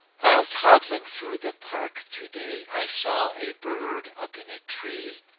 while toddling through the park today, i saw a bird up in a tree,